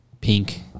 pink